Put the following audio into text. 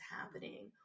happening